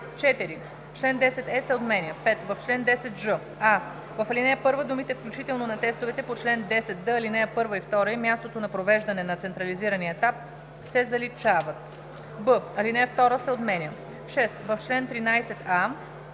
4. Член 10е се отменя. 5. В чл. 10ж: а) в ал. 1 думите „включително на тестовете по чл. 10д, ал. 1 и 2 и мястото на провеждане на централизирания етап“ се заличават; б) алинея 2 се отменя. 6. В чл. 13а: